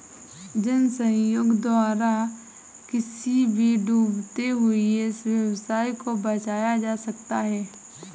जन सहयोग द्वारा किसी भी डूबते हुए व्यवसाय को बचाया जा सकता है